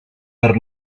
per